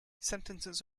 sentences